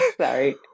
Sorry